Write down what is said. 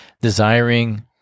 desiring